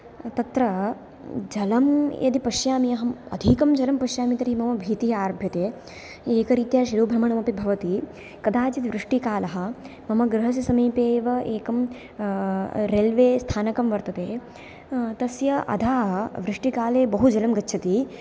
तत्र जलं यदि पश्यामि अहं अधिकं जलं पश्यामि तर्हि मम भीतिः आरभ्यते एकरीत्या शिरोभ्रमणमपि भवति कदाचित् वृष्टिकालः मम गृहस्य समीपे एव एकं रैल्वे स्थानकं वर्तते तस्य अधः वृष्टिकाले बहु जलं गच्छति